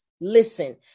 listen